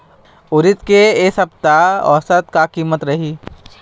उरीद के ए सप्ता औसत का कीमत रिही?